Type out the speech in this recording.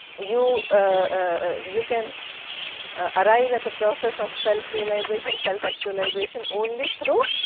you, ah you can arrive at the process of self-realization, self-actualization only through